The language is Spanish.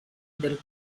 del